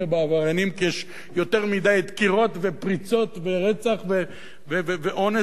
כי יש יותר מדי דקירות ופריצות ורצח ואונס וכל מה שאתם רוצים,